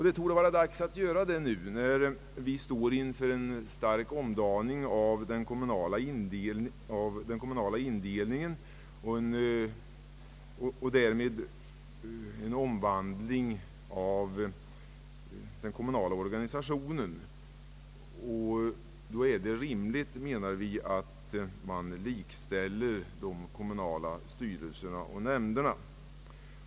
Det torde vara dags att göra detta nu, när man står inför en stark omdaning av den kommunala indelningen och därmed en omvandling av den kommunala organisationen. Då är det rimligt, menar vi, att man likställer de kommunala styrelserna och nämnderna.